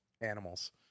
animals